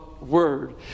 word